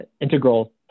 integral